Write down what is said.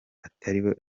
atariwe